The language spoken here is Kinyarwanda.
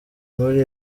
muri